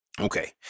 okay